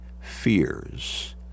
fears